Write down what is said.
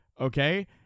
Okay